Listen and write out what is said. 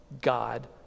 God